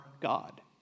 God